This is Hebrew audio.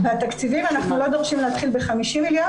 אנחנו לא דורשים להתחיל ב-50 מיליון,